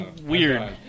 weird